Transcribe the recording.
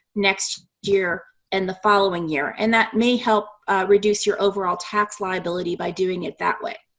next year, and the following year. and that may help reduce your overall tax liability by doing it that way.